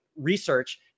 research